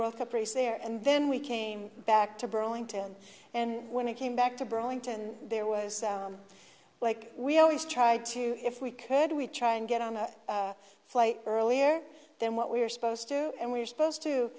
world cup race there and then we came back to burlington and when i came back to burlington there was like we always try to if we could we try and get on a flight earlier than what we're supposed to and we're supposed to